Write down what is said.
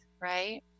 right